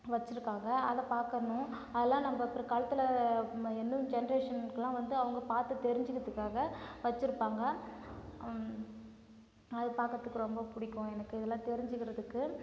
வச்சிருக்காங்கள் அதை பார்க்கணும் அதெலாம் நம்ம பிற்காலத்தில் நம்ம இன்னும் ஜென்ரேஷனுகுலாம் வந்து அவங்க பார்த்து தெரிஞ்சிக்கிறத்துக்காக வச்சிருப்பாங்கள் அது பார்க்கறதுக்கு ரொம்ப பிடிக்கும் எனக்கு இதெலாம் தெரிஞ்சிக்கிறதுக்கு